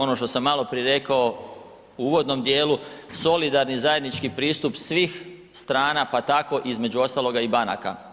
Ono što sam maloprije rekao u uvodnom dijelu solidarni zajednički pristup svih strana, pa tako između ostaloga i banaka.